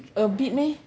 a bit meh